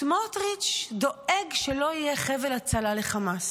סמוטריץ' דואג שלא יהיה חבל הצלה לחמאס.